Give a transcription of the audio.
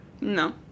No